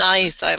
Nice